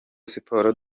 sport